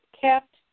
kept